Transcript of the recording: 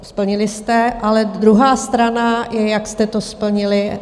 Splnili jste, ale druhá strana je, jak jste to splnili.